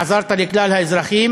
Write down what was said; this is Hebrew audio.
עזרת לכלל האזרחים.